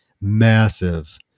massive